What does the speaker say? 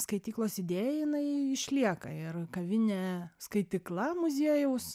skaityklos idėja jinai išlieka ir kavinė skaitykla muziejaus